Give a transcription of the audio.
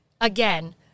again